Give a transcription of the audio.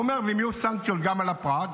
הוא אומר: ואם יהיו סנקציות גם על הפרט,